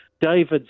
David